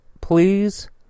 please